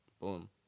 boom